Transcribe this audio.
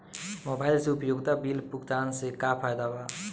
Mobile से उपयोगिता bill भुगतान से का फायदा बा?